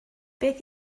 beth